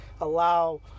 allow